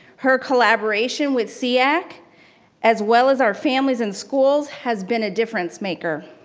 her collaboration with seac as well as our families and schools has been a difference maker.